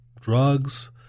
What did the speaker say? drugs